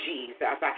Jesus